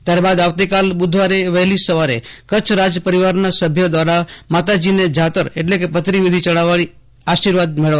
ત્યારબાદ આવતીકાલ બુધવારે વહેલી સવારે કચ્છ રાજપરિવારના સભ્યો દ્વારા માતાજીને જાતર એટલે કે પતરી ચડાવીને આશીર્વાદ મેળવશે